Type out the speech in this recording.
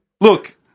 Look